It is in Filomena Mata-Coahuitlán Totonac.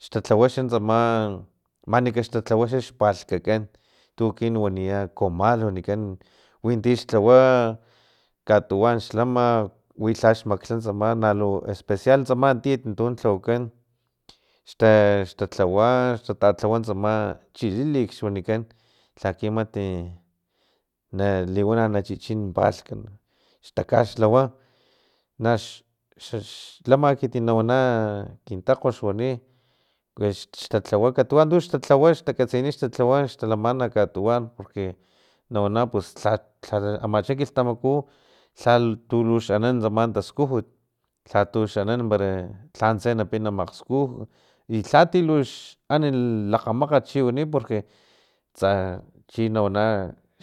Xtalhawa tsama manika xtatlawa xpalhkakan tu ekin waniya comal tu waikan wintix tlawa katuwan xlama wi lhax maklha tasma nalu especial tsama tiat tun tlhawakan xta tatlawa xtatatlawa tsama chichilikx xwanikan laki mat nali liwana na chichin min palhk xtakaxlhawa nax xlama ekit na wana kin takgo xwani xtatlawa tuantux tatlawa pues xtakatsini tlawa xtalaman katuwan porque nawana pus lha lha amacha kilhtamaku lhalu lux anan tsama taskujut lhatux anan para lhantse napin napini makgskuj i lhati luxani lakgamakgat chiwani porque tsa chinawana